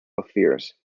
affairs